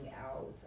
out